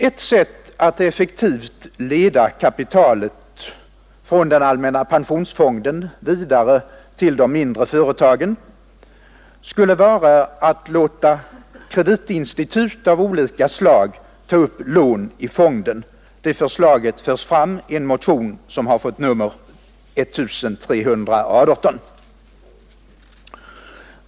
Ett sätt att effektivt leda kapitalet från den allmänna pensionsfonden vidare till de mindre företagen skulle vara att låta kreditinstitut av olika slag ta upp lån i fonden — det förslaget förs fram i en motion som fått nr 1318.